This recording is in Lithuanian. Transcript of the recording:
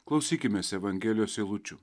klausykimės evangelijos eilučių